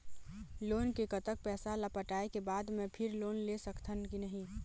Loan के कतक पैसा ला पटाए के बाद मैं फिर लोन ले सकथन कि नहीं?